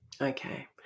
Okay